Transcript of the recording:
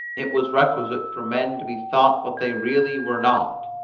it was requisite for men to be thought what they really were not.